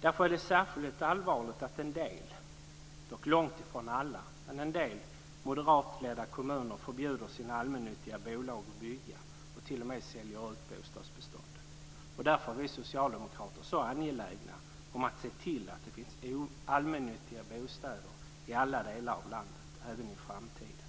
Därför är det särskilt allvarligt att en del - dock långtifrån alla - moderatledda kommuner förbjuder sina allmännyttiga bolag att bygga och t.o.m. säljer ut bostadsbeståndet. Därför är vi socialdemokrater så angelägna om att se till att det finns allmännyttiga bostäder i alla delar av landet även i framtiden.